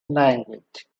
language